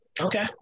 Okay